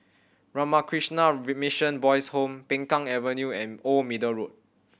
Ramakrishna Mission Boys' Home Peng Kang Avenue and Old Middle Road